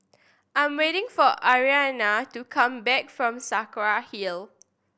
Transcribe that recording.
I am waiting for Adrianna to come back from Saraca Hill